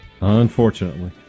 Unfortunately